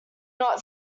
not